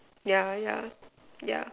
yeah yeah yeah